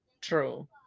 True